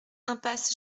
impasse